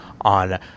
on